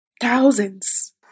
thousands